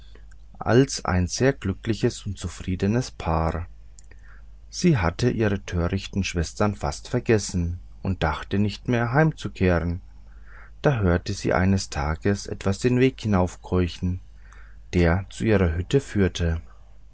als ein sehr glückliches und zufriedenes paar sie hatte ihre törichten schwestern fast vergessen und dachte nicht mehr heimzukehren da hörte sie eines tages etwas den weg hinaufkeuchen der zu ihrer hütte führte